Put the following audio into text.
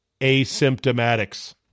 asymptomatics